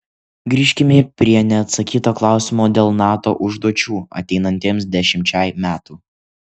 grįžkime prie neatsakyto klausimo dėl nato užduočių ateinantiems dešimčiai metų